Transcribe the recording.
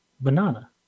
Banana